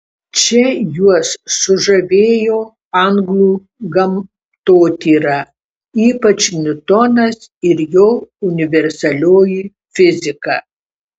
čia juos sužavėjo anglų gamtotyra ypač niutonas ir jo universalioji fizika